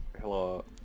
Hello